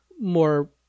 more